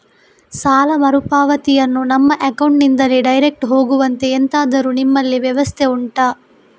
ಸಾಲ ಮರುಪಾವತಿಯನ್ನು ನಮ್ಮ ಅಕೌಂಟ್ ನಿಂದಲೇ ಡೈರೆಕ್ಟ್ ಹೋಗುವಂತೆ ಎಂತಾದರು ನಿಮ್ಮಲ್ಲಿ ವ್ಯವಸ್ಥೆ ಉಂಟಾ